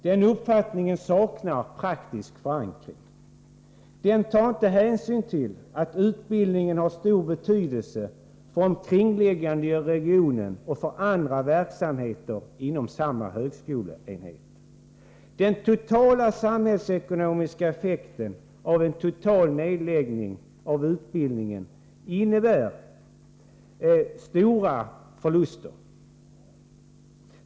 Den uppfattningen saknar praktisk förankring. Den tar inte hänsyn till att utbildningen har stor betydelse för den omkringliggande regionen och för andra verksamheter inom samma högskoleenhet. Den totala samhällsekonomiska effekten av en total nedläggning blir stora förluster.